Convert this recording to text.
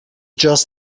just